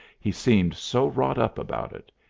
he seemed so wrought up about it.